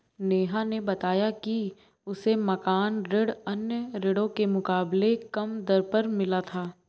नेहा ने बताया कि उसे मकान ऋण अन्य ऋणों के मुकाबले कम दर पर मिला था